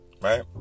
right